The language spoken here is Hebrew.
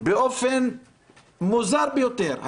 באופן מוזר ביותר.